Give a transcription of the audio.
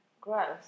gross